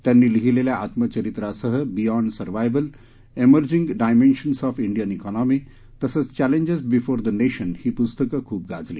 त्यांनी लिहिलेल्या आत्मचरित्रासह beyond survival emerging dimensions of Indian economy तसंच चॅलेजेस बिफोर द नेशन ही प्स्तकं खूप गाजली